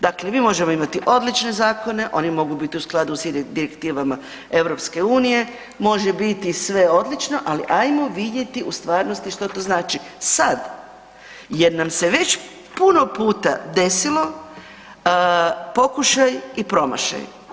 Dakle, mi možemo imati odlične zakone, oni mogu biti u skladu s direktivama EU, može biti sve odlično ali ajmo vidjeti u stvarnosti što to znači sad, jer nam se već puno puta desilo pokušaj i promašaj.